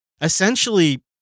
essentially